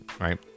right